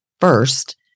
first